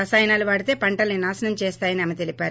రసాయనాలు వాడితే పంటల్సి నాశనం చేస్తాయని ఆమె తెలిపారు